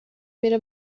میره